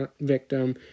victim